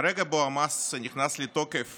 מהרגע שבו המס נכנס לתוקף